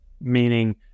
meaning